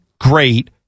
great